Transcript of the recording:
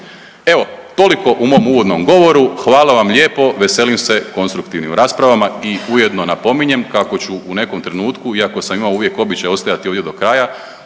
Evo toliko u mom uvodnom govoru. Hvala vam lijepo. Veselim se konstruktivnim raspravama i ujedno napominjem kako ću u nekom trenutku, iako sam imao uvijek običaj ostajati ovdje do kraja